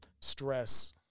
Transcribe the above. stress